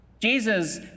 Jesus